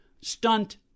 stunt